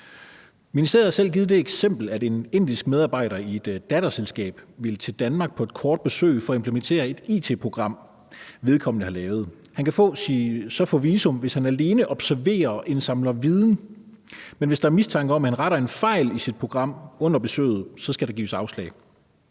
Ministeriet har selv givet det eksempel, at en indisk medarbejder i et datterselskab vil til Danmark på et kort besøg for at implementere et it-program, vedkommende har lavet. Han kan så få visum, hvis han alene observerer og indsamler viden, men hvis der er mistanke om, at han retter en fejl i sit program under besøget, skal der gives afslag.